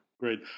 Great